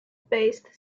based